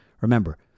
Remember—